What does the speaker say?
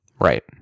right